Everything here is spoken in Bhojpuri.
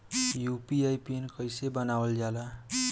यू.पी.आई पिन कइसे बनावल जाला?